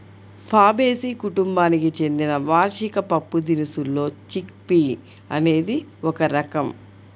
Fabaceae కుటుంబానికి చెందిన వార్షిక పప్పుదినుసుల్లో చిక్ పీ అనేది ఒక రకం